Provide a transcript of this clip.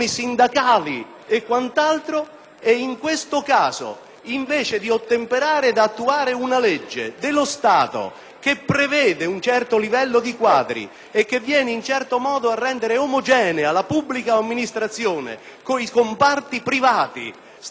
invece di ottemperare ed attuare una legge dello Stato, che prevede un certo livello per i quadri e che viene in un certo modo a rendere omogenea la pubblica amministrazione con i comparti privati, stabilendo per i quadri una disciplina parallela e omogenea,